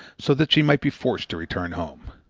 so that she might be forced to return home.